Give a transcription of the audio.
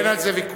אין על זה ויכוח.